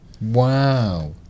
Wow